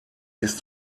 ist